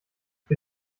für